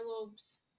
lobes